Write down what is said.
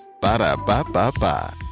Ba-da-ba-ba-ba